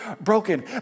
broken